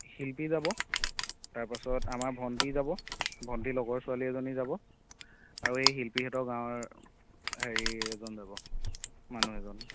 শিল্পী যাব তাৰ পাছত আমাৰ ভণ্টি যাব ভণ্টিৰ লগৰ ছোৱালী এজনী যাব আৰু এই শিল্পীহঁতৰ গাঁৱৰ হেৰি এজন যাব মানুহ এজন